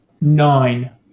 Nine